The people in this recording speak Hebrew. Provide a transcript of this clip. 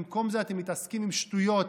במקום זה אתם מתעסקים עם שטויות,